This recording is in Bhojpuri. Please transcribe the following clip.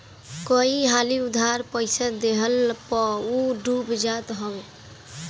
कई हाली उधार पईसा देहला पअ उ डूब जात हवे